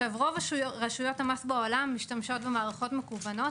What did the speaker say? רוב רשויות המס בעולם משתמשות במערכות מקוונות.